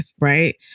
right